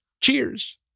Cheers